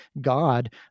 God